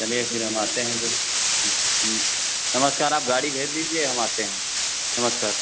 चलिए फिर हम आते हैं उधर नमस्कार आप गाड़ी भेज दीजिये हम आते हैं नमस्कार